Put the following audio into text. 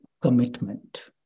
commitment